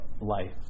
life